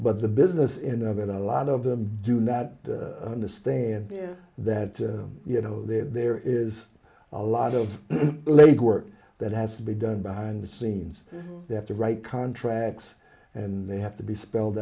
but the business innovate a lot of them do not understand that you know there is a lot of leg work that has to be done behind the scenes they have to write contracts and they have to be spelled